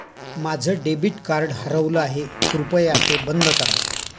माझं debit card हरवलं आहे, कृपया ते बंद करा